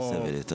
כוח סבל יותר.